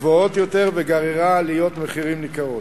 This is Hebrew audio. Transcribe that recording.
גבוהות יותר, וגררה עליות מחירים ניכרות.